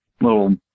little